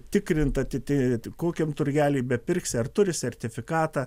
tikrint atiti kokiam turgely bepirksi ar turi sertifikatą